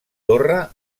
torre